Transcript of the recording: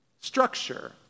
structure